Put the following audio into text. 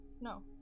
No